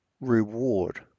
reward